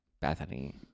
Bethany